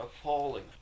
appalling